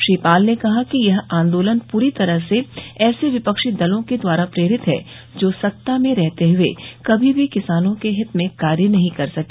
श्री पाल ने कहा कि यह आन्दोलन पूरी तरह से ऐसे विपक्षी दलों के द्वारा प्रेरित है जो सत्ता में रहते हुए कभी भी किसानों के हित में कार्य नहीं कर सके